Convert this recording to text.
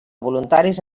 voluntaris